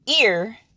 ear